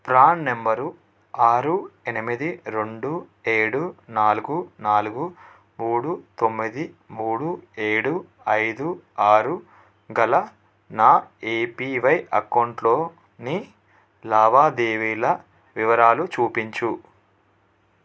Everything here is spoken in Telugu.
ప్రాణ్ నంబరు ఆరు ఎనిమిది రెండు ఏడు నాలుగు నాలుగు మూడు తొమ్మిది మూడు ఏడు ఐదు ఆరు గల నా ఏపివై అకౌంటులోని లావాదేవీల వివరాలు చూపించు